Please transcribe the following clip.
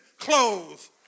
clothes